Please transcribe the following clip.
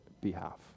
behalf